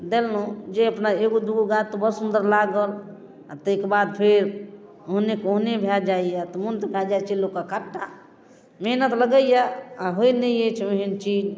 देलहुँ जे अपना एगो दू गो गाछ तऽ बड़ सुन्दर लागल आओर तै कऽ बाद फेर ओहनेके ओहने भए जाइए तऽ मोन तऽ भए जाइ छै लोकके खट्टा मेहनत लगैए आओर होइ नहि अछि ओहेन चीज